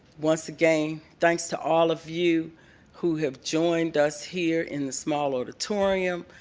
once again, thanks to all of you who have joined us here in the small auditorium.